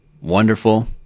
wonderful